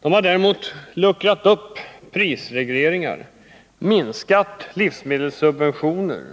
Åtgärderna har däremot luckrat upp prisregleringar och minskade livsmedelssubventioner,